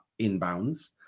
inbounds